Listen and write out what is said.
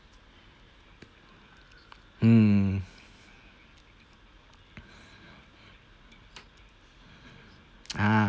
mm ah